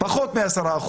פחות מ-10%.